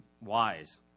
wise